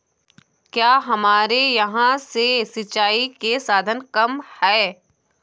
क्या हमारे यहाँ से सिंचाई के साधन कम है?